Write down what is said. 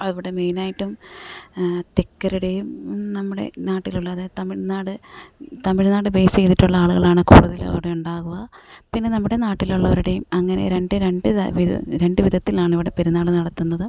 അവിടെ മെയിൻ ആയിട്ടും തെക്കരുടെയും നമ്മുടെ നാടുകളിലുള്ള അതായത് തമിഴ്നാട് തമിഴ്നാട് ബേസ് ചെയ്തിട്ടുള്ള ആളുകളാണ് കൂടുതലും അവിടെ ഉണ്ടാവുക പിന്നെ നമ്മുടെ നാട്ടിലുള്ളവരുടെയും അങ്ങനെ രണ്ട് രണ്ട് രണ്ട് വിധത്തിലാണ് ഇവിടെ പെരുന്നാൾ നടത്തുന്നത്